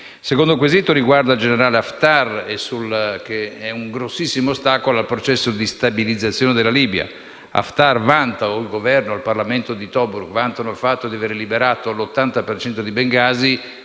Il secondo quesito riguarda il generale Haftar, che è un grande ostacolo al processo di stabilizzazione della Libia. Haftar, il Governo e il Parlamento di Tobruk vantano il fatto di aver liberato l'80 per cento di